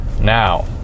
Now